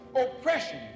oppression